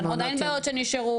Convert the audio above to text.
יש כאן עדיין בעיות שנשארו,